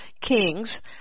kings